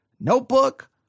notebook